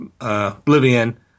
oblivion